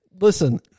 Listen